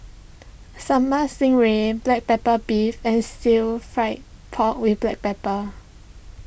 Sambal Stingray Black Pepper Beef and Stir Fry Pork with Black Pepper